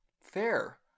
Fair